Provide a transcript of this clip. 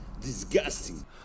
Disgusting